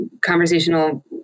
conversational